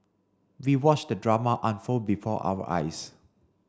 we watched the drama unfold before our eyes